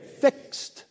Fixed